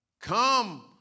come